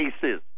cases